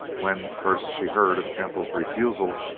when first she heard of temple's refusal,